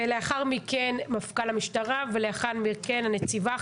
ולאחר מכן מפכ"ל המשטרה ולאחר מכן הנציבה.